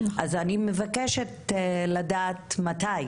אז אני מבקשת לדעת מתי.